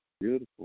beautiful